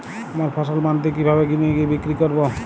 আমার ফসল মান্ডিতে কিভাবে নিয়ে গিয়ে বিক্রি করব?